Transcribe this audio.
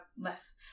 less